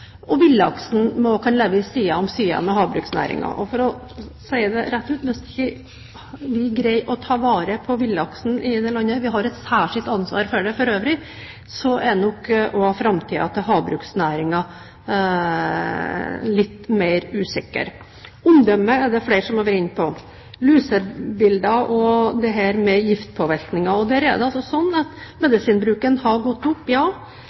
kan leve side ved side med havbruksnæringen. For å si det rett ut: Hvis ikke vi greier å ta vare på villaksen i dette landet – vi har for øvrig et særskilt ansvar for det – så er nok også framtiden til havbruksnæringen litt mer usikker. Omdømmet er det flere som har vært inne på – lusebildet og giftpåvirkning. Det er sånn at medisinbruken har gått opp, mens lusetallene er på vei nedover. Jeg hadde vært veldig bekymret hvis ikke medikamentbruken hadde gått opp.